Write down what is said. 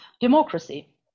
democracy